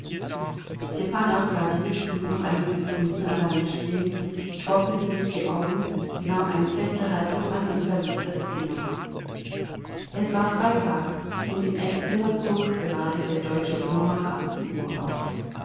arkadjewitsch blieb noch einige sekunden allein stehen trocknete sich die augen nahm eine feste haltung an und verließ das zimmer es war freitag und im eßzimmer zog gerade der deutsche uhrmacher die uhr auf